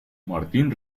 martín